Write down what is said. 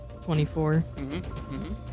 24